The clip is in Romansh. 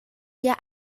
sia